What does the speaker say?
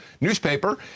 newspaper